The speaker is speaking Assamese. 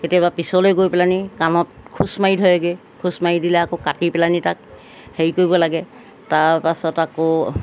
কেতিয়াবা পিছলৈ গৈ পেলাহিনি কাণত খোচ মাৰি ধৰেগৈ খোচ মাৰি দিলে আকৌ কাটি পেলানি তাক হেৰি কৰিব লাগে তাৰ পাছত আকৌ